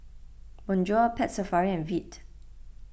Bonjour Pet Safari and Veet